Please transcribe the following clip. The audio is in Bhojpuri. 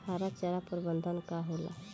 हरा चारा प्रबंधन का होला?